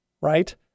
right